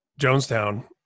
Jonestown